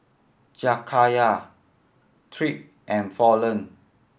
Jakayla Tripp and Fallon